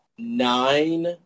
Nine